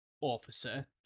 officer